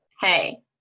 hey